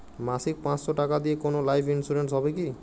মাসিক পাঁচশো টাকা দিয়ে কোনো লাইফ ইন্সুরেন্স হবে কি?